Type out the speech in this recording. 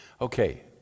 Okay